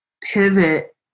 pivot